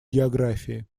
географии